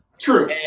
True